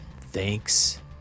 Thanks